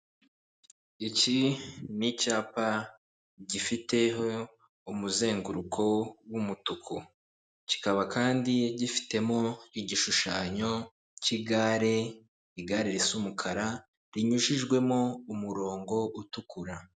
Iki n'icyapa gifiteho umuzenguruko w'umutuku, kikaba kandi gifitemo igishushanyo cy'igare, igare risa umukara rinyujijwemo umurongo utukura.